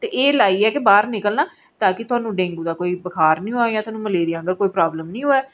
ते एह् लाइयै गै बाह्र निकलना ताकि तुसें गी ड़ेंगु दा कोई बुखार नीं होऐ मलेरिया दी कोई प्राॅबलम नीं होऐ